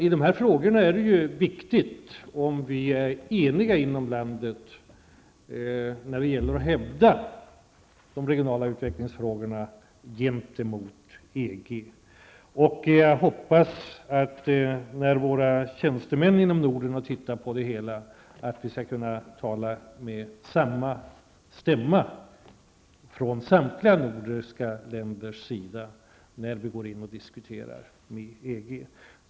I de här frågorna är det ju viktigt att vi är eniga inom landet när det gäller att hävda de regionala utvecklingsfrågorna gentemot EG. Jag hoppas att det, sedan våra tjänstemän inom Norden har tittat på det hela, skall vara möjligt att från samtliga nordiska länders sida tala med samma stämma när vi går in i diskussionerna med EG.